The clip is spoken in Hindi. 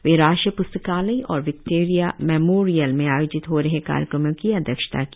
वे राष्ट्रीय प्स्तकालय और विक्टोरिया मेमोरियल में आयोजित हो रहे कार्यक्रमों की अध्यक्षता की